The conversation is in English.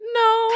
no